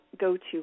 go-to